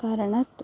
कारणात्